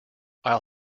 i’ll